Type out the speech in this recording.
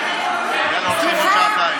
סליחה.